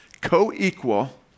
co-equal